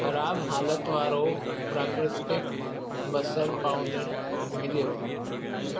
ख़राबु हालति वारो प्राकृतिक बसरु पाउडर मिलियो